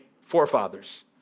forefathers